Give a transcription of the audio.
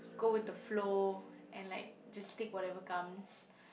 go with the flow and like just take whatever comes